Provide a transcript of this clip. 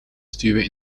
stuwen